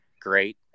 great